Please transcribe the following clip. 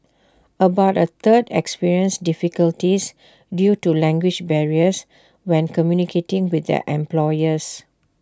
about A third experienced difficulties due to language barriers when communicating with their employers